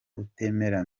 utemera